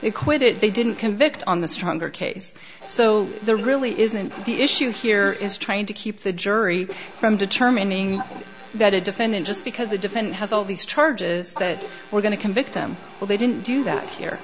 it they didn't convict on the stronger case so there really isn't the issue here is trying to keep the jury from determining that a defendant just because the defendant has all these charges that we're going to convict him well they didn't do that here